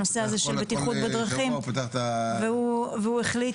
הנושא הזה של בטיחות בדרכים והוא החליט